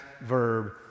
verb